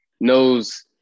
knows